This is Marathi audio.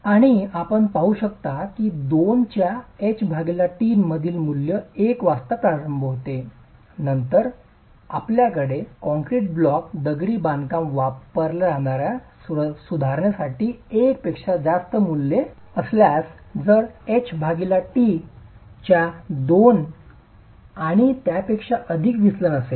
आणि आपण पाहू शकता की 2 च्या h t मधील मूल्य 1 वाजता प्रारंभ होते आणि नंतर आपल्याकडे कॉंक्रेट ब्लॉक दगडी बांधकामासाठी वापरल्या जाणार्या सुधारणेसाठी 1 पेक्षा जास्त मूल्ये असल्यास जर h t च्या 2 आणि त्यापेक्षा अधिक विचलन असेल